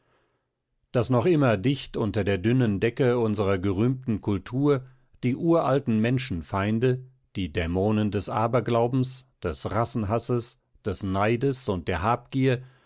daß noch immer dicht unter der dünnen decke unserer gerühmten kultur die uralten menschenfeinde die dämonen des aberglaubens des rassenhasses des neides und der habgier